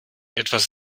etwas